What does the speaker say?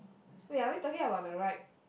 wait are we talking about the right